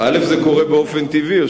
זה קורה באופן טבעי.